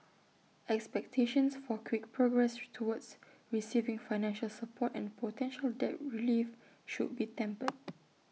expectations for quick progress towards receiving financial support and potential debt relief should be tempered